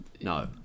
No